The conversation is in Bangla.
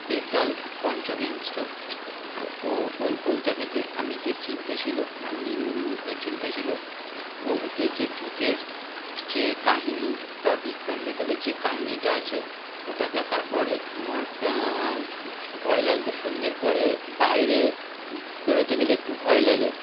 বেতাল পঞ্চবিংশতি ওই বইটা থেকে আমি যে চিন্তা ছিল মানে চিন্তা ছিল ওতে যে ভূতের যে কাহিনি বা বিক্রম বেতালের যে কাহিনিটা আছে ওটা দেখার পরে আমার ভয় লাগত সন্ধের পরে বাইরে বেরোতে গেলে একটু ভয় লাগে